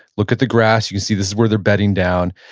look at the grass you can see this is where they're bedding down.